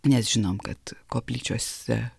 nes žinom kad koplyčiose